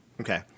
Okay